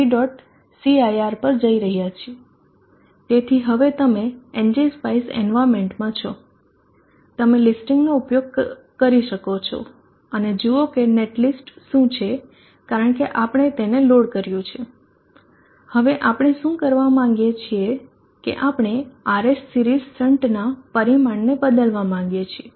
cir પર જઈ રહ્યા છે તેથી હવે તમે ng spice environmentમાં છો તમે listing નો ઉપયોગ કરી શકો છો અને જુઓ કે નેટલિસ્ટ શું છે કારણ કે આપણે તેને લોડ કર્યું છે હવે આપણે શું કરવા માગીએ છીએ કે આપણે RS સિરીઝ રઝીસ્ટન્સનાં પરિમાણને બદલવા માંગીએ છીએ